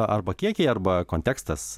arba kiekiai arba kontekstas